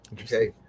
okay